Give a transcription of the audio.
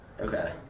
Okay